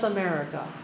America